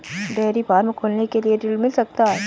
Dairy farm खोलने के लिए ऋण मिल सकता है?